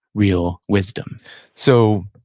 real wisdom so,